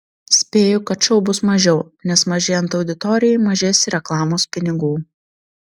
spėju kad šou bus mažiau nes mažėjant auditorijai mažės ir reklamos pinigų